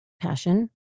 passion